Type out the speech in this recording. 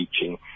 teaching